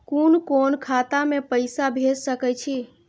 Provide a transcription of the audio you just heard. कुन कोण खाता में पैसा भेज सके छी?